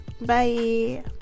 Bye